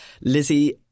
Lizzie